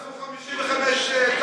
עשו 55 תאגידים,